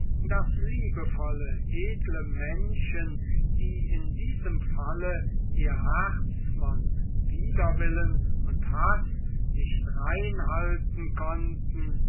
daß liebevolle edle menschen die in diesem falle ihr herz von widerwillen und haß nicht rein halten konnten